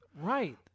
Right